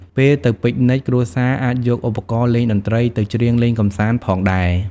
ពេលទៅពិកនិច គ្រួសារអាចយកឧបករណ៍លេងតន្ត្រីទៅច្រៀងលេងកម្សាន្តផងដែរ។